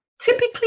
Typically